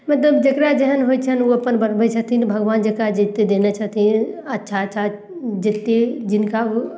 मतलब जकरा जेहन होइ छनि ओ अपन बनबय छथिन भगवान जकरा जेते देने छथिन अच्छा अच्छा जते जिनका